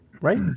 right